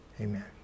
Amen